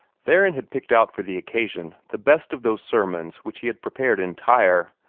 theron had picked out for the occasion the best of those sermons which he had prepared in tyre,